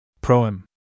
Proem